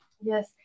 Yes